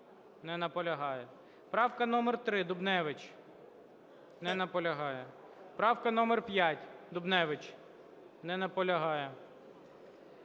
Не наполягає. Правка номер 3, Дубневич. Не наполягає. Правка номер 4, Дубневич. Не наполягає.